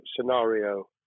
scenario